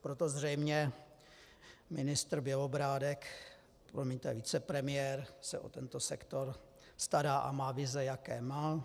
Proto zřejmě ministr Bělobrádek, promiňte, vicepremiér se o tento sektor stará a má vize, jaké má.